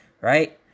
right